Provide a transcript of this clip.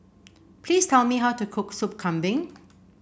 please tell me how to cook Sup Kambing